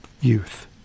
youth